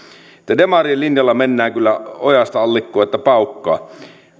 tehty demarien linjalla mennään kyllä ojasta allikkoon että paukkaa